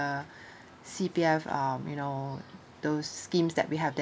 the C_P_F um you know those schemes that we have there